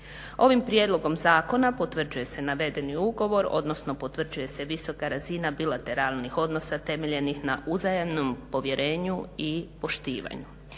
Ovim Prijedlogom zakona potvrđuje se navedeni ugovor odnosno potvrđuje se visoka razina bilateralnih odnosa temeljenih na uzajamnom povjerenju i poštivanju.